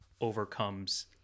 overcomes